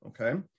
okay